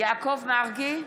יעקב מרגי,